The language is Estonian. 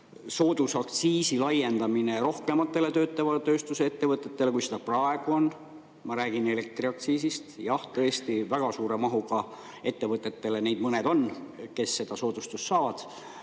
soodusaktsiisi laiendamine rohkematele töötleva tööstuse ettevõtetele, kui seda praegu on, ma räägin elektriaktsiisist. Jah, tõesti, väga suure mahuga ettevõtteid mõned on, kes seda soodustust saavad.